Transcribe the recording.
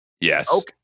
yes